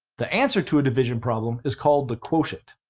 the answer to a division problem is called the quotient.